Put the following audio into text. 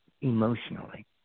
emotionally